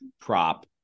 prop